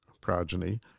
progeny